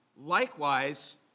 Likewise